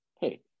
hey